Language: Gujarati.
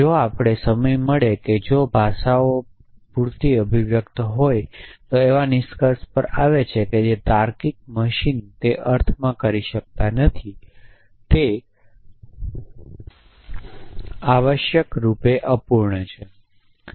જો આપણને સમય મળે કે જો ભાષાઓ પૂરતી અભિવ્યક્ત હોય તો એવા નિષ્કર્ષ આવે છે કે જે તાર્કિક મશીનરી તે અર્થમાં કરી શકતા નથી તે આવશ્યકરૂપે અપૂર્ણ છે